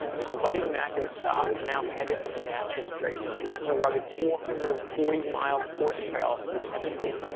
so buddy, mac and scott are now headed to the natchez trace. it's a rugged four hundred and forty mile horse trail through tennessee.